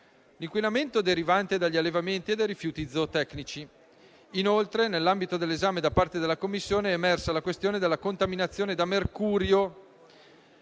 l'inquinamento derivante dagli allevamenti e dai rifiuti zootecnici. Inoltre, nell'ambito dell'esame da parte della Commissione, è emersa la questione della contaminazione da mercurio